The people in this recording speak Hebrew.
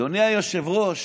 אדוני היושב-ראש,